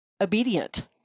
obedient